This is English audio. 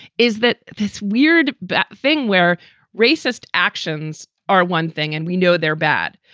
is that this weird thing where racist actions are one thing and we know they're bad,